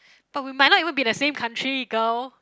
but we might not even been the same country girl